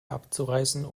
abzureißen